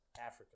Africa